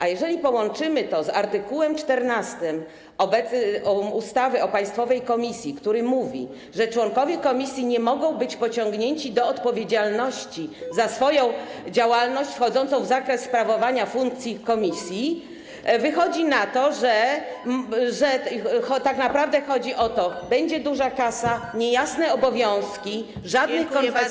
A jeżeli połączymy to z art. 14 ustawy o państwowej komisji, który mówi, że członkowie komisji nie mogą być pociągnięci do odpowiedzialności za swoją działalność wchodzącą w zakres sprawowania funkcji komisji, wychodzi na to, że tak naprawdę chodzi o to: będzie duża kasa, niejasne obowiązki, żadnych konsekwencji.